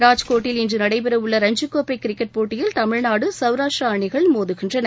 ராஜ்கோட்டில் இன்று நடைபெறவுள்ள ரஞ்சிக்கோப்பை கிரிக்கெட் போட்டியில் தமிழ்நாடு சவ்ராஷ்டிரா அணிகள் மோதுகின்றன